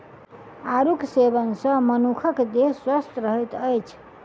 आड़ूक सेवन सॅ मनुखक देह स्वस्थ रहैत अछि